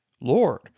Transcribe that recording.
Lord